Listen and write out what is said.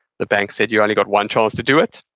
the bank said, you've only got one chance to do it.